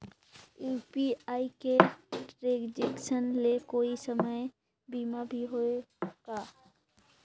UPI के transaction ले कोई समय सीमा भी हवे का?